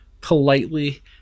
politely